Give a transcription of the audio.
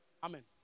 Amen